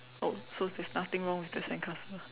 oh so there's nothing wrong with the sandcastle